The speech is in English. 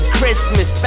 Christmas